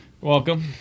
welcome